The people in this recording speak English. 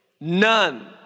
none